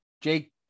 Jake